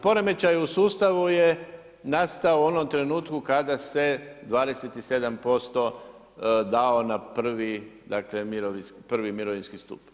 Poremećaj u sustavu je nastao u onom trenutku kada se 27% dao na prvi mirovinski stup.